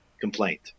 complaint